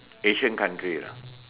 Asian country lah